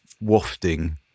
wafting